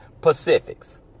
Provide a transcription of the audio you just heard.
Pacifics